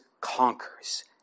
conquers